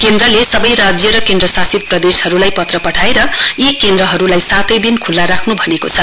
केन्द्रले सबै राज्य र केन्द्रशासित प्रदेशहरूलाई पत्र पठाएर यी केन्द्रहरूलाई सातै दिन खुल्ला राख्नु भनेको छ